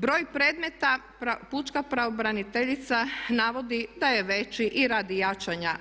Broj predmeta pučka pravobraniteljica navodi da je veći i radi jačanja